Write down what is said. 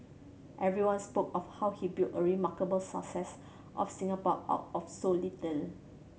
everyone spoke of how he built a remarkable success of Singapore out of so little